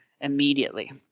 immediately